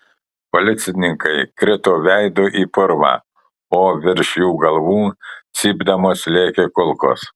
policininkai krito veidu į purvą o virš jų galvų cypdamos lėkė kulkos